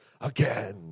again